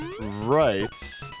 right